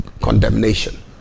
condemnation